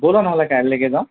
ব'লা নহ'লে কাইলৈলৈকে যাওঁ